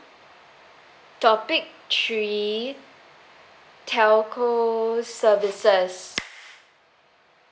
topic three telco services